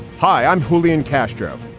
hi, i'm julian castro.